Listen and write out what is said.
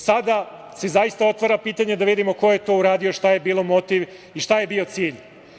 Sada se otvara pitanje da vidimo ko je to uradio, šta je bilo motiv i šta je bio cilj.